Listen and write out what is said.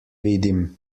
vidim